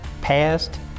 past